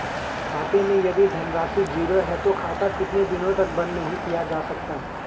खाते मैं यदि धन राशि ज़ीरो है तो खाता कितने दिन तक बंद नहीं किया जा सकता?